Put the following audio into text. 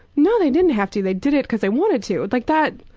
no they didn't have to, they did it because they wanted to. like that,